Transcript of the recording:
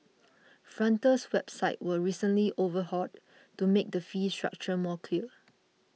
frontier's website was recently overhauled to make the fee structure more clear